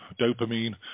dopamine